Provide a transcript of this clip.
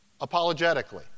apologetically